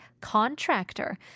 contractor